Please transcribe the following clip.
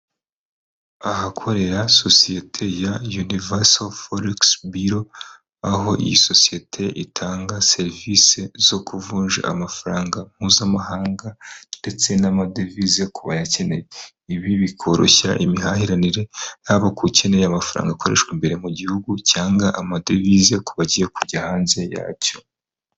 Ahakorera sosiyete ya Universal forex bureau, aho iyi sosiyete itanga serivisi zo kuvunja amafaranga mpuzamahanga ndetse n'amadevize ku bayakeneye. Ibi bikoroshya imihahiranire haba k'ukeneye amafaranga akoreshwa imbere mu gihugu cyangwa amadovize ku bagiye kujya hanze yacyo.